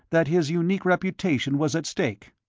that his unique reputation was at stake.